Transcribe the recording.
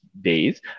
days